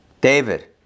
David